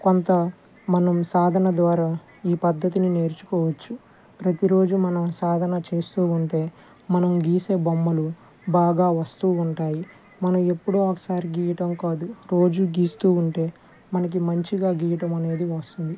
కొంత మనం సాధన ద్వారా ఈ పద్దతిని నేర్చుకోవచ్చు ప్రతి రోజు మనం సాధన చేస్తూ ఉంటే మనం గీసే బొమ్మలు బాగా వస్తూ ఉంటాయి మనం ఎప్పుడో ఒకసారి గీయటం కాదు రోజు గీస్తూ ఉంటే మనకి మంచిగా గీయటం అనేది వస్తుంది